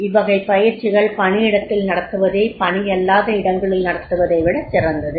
இவ்வகைப் பயிற்சிகள் பணியிடத்தில் நடத்துவதே பணியல்லாத இடங்களில் நடத்துவதைவிடச் சிறந்தது